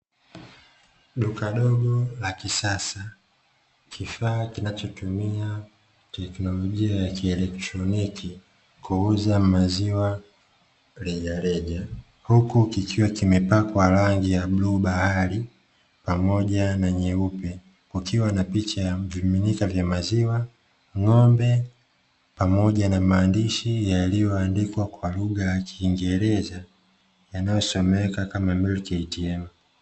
Duka dogo la kisasa. Kifaa kinachotumia teknolojia ya kieletroniki kuuza maziwa rejareja, huku kikiwa kimepakwa rangi ya bluu bahari pamoja na nyeupe. Kukiwa na picha ya vimiminikia vya maziwa, ngo'mbe pamoja na maandishi yaliyoandikwa kwa lugha ya kingereza yanayosomekwa kama "MILK ATM".